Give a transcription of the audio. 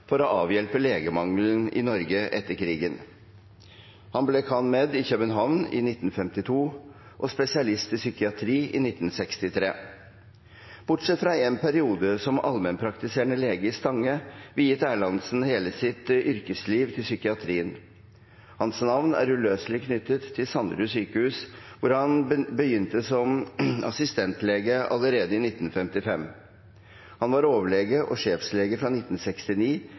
for å avhjelpe legemangelen i Norge etter krigen. Han ble cand.med. i København i 1952 og spesialist i psykiatri i 1963. Bortsett fra en periode som allmennpraktiserende lege i Stange viet Erlandsen hele sitt yrkesliv til psykiatrien. Hans navn er uløselig knyttet til Sanderud sykehus, hvor han begynte som assistentlege allerede i 1955. Han var overlege og sjefslege fra 1969